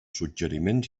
suggeriments